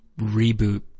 reboot